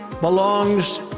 belongs